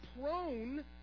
prone